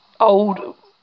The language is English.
Old